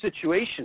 situation